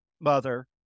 mother